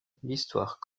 l’histoire